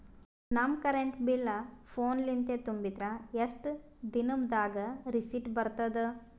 ನಮ್ current bill ಫೋನ ಲಿಂದೇ ತುಂಬಿದ್ರ, ಎಷ್ಟ ದಿ ನಮ್ ದಾಗ ರಿಸಿಟ ಬರತದ?